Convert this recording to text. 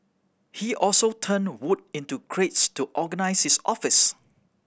he also turned wood into crates to organise his office